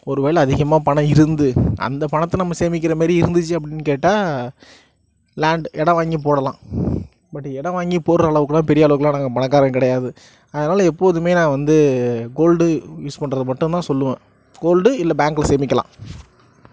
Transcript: ஒரு வேலை அதிகமாக பணம் இருந்து அந்த பணத்தை நம்ம சேமிக்கிற மாதிரி இருந்துச்சு அப்படின் கேட்டா லாண்ட் இடம் வாங்கி போடலாம் பட் இடம் வாங்கி போடுற அளவுக்குலாம் பெரிய அளவுக்குலாம் நாங்கள் பணக்காரங்க கிடையாது அதனால எப்போதுமே நான் வந்து கோல்டு யூஸ் பண்ணுறது மட்டும்தான் சொல்லுவன் கோல்டு இல்லை பேங்க்கில சேமிக்கலாம்